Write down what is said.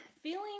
feeling